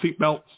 seatbelts